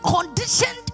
conditioned